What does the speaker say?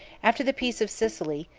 after the peace of sicily,